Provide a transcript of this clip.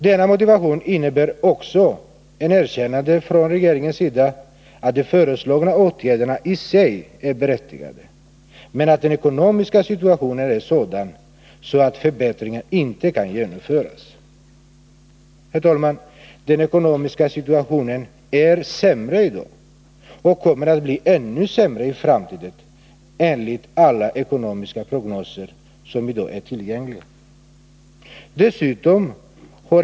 Denna motivering innebär också ett erkännande från riksdagens sida, att de föreslagna åtgärderna i sig är berättigade, men att den ekonomiska situationen är sådan att förbättringar inte kan genomföras. Den ekonomiska situationen, herr talman, är sämre i dag och kommer att bli ännu sämre i framtiden enligt alla ekonomiska prognoser som är tillgängliga.